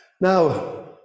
now